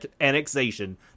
Annexation